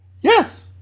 Yes